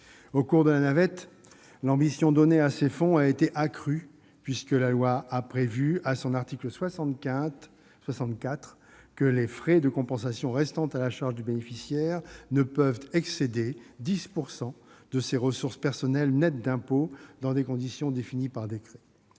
Au cours de la navette, l'ambition donnée à ces fonds a été accrue, puisque la loi a prévu, à son article 64, que « les frais de compensation restant à la charge du bénéficiaire [...] ne peuvent, [...], excéder 10 % de ses ressources personnelles nettes d'impôts dans des conditions définies par décret